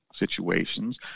Situations